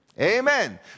Amen